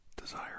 desire